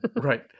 Right